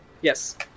Yes